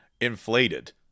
inflated